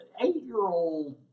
eight-year-old